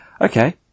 okay